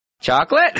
Chocolate